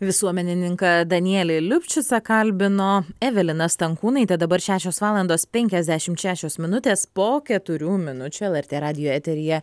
visuomenininką danielį liupšicą kalbino evelina stankūnaitė dabar šešios valandos penkiasdešimt šešios minutės po keturių minučių lrt radijo eteryje